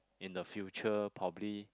in the future probably